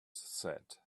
said